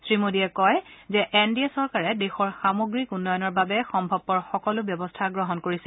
শ্ৰী মোডীয়ে কয় যে এন ডি এ চৰকাৰে দেশৰ সামগ্ৰিক উন্নয়নৰ বাবে সম্ভৱপৰ সকলো ব্যৱস্থা গ্ৰহণ কৰিছে